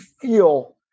feel